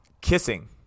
Kissing